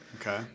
Okay